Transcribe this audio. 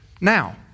now